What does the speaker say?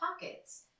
pockets